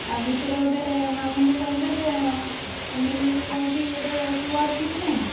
ଆଉ ଭିତରେ ଗୋଟିଏ ମାମୁଁଙ୍କୁ କହିଲେ ସେ ଏମ୍ଏଲ୍ଏକୁ କହିକି ଗୋଟିଏ କୂଅ ଅଛି କି ନାହିଁ